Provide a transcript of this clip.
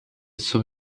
zum